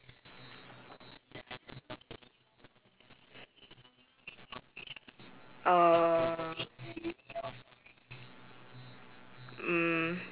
err mm